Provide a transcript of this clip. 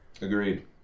Agreed